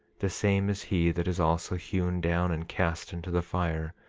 the same is he that is also hewn down and cast into the fire,